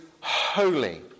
holy